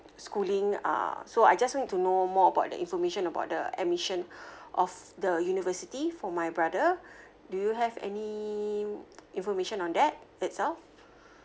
schooling uh so I just want to know more about the information about the admission of the university for my brother do you have any information on that itself